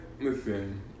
listen